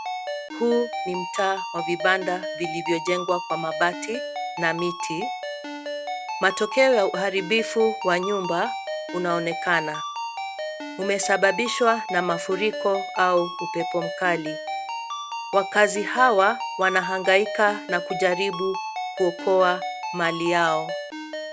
Huu ni mtaa wa vibanda vilivyojengwa kwa mabati na miti. Matokeo ya uharibifu wa nyumba unaonekana. Umesababishwa na mafuriko au upepo mkali. Wakaazi hawa wanahangaika na kujaribu kuokoa mali yao.